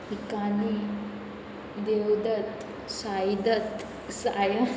इकानी देवदत्त साईदत्त साया